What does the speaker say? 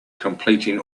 completing